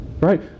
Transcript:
Right